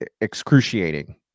excruciating